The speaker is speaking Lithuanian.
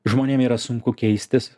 žmonėm yra sunku keistis